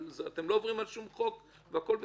אתם לא עוברים על שום חוק, והכול בסדר,